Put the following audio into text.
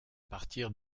partir